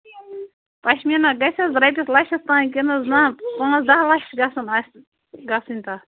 پشمیٖنہ گژھِ حظ رۄپیَس لَچھَس تام کِنہٕ حظ نہ پانٛژھ دہ لَچھ گژھن اَسہِ گژھٕنۍ تَتھ